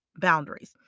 boundaries